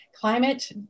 climate